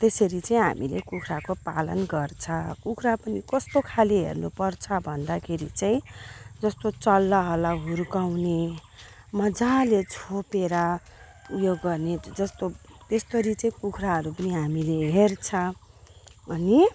त्यसरी चाहिँ हामीले कुखुराको पालन गर्छ कुखुरा पनि कस्तो खाले हेर्नुपर्छ भन्दाखेरि चाहिँ जस्तो चल्लाहरूलाई हुर्काउने मजाले छोपेर ऊ यो गर्ने जस्तो त्यसरी चाहिँ कुखुराहरू पनि हामीले हेर्छ अनि